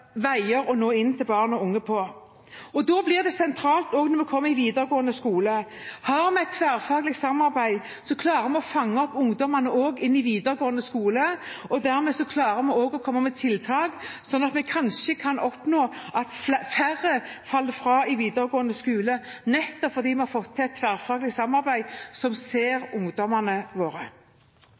veier å nå inn til barn og unge på. Da blir det sentralt, også i videregående skole, at har vi et tverrfaglig samarbeid, klarer vi å fange opp ungdommene også der. Dermed klarer vi også å komme med tiltak, slik at vi kanskje kan oppnå at færre faller fra i videregående skole – nettopp fordi vi har fått til et tverrfaglig samarbeid som ser ungdommene våre.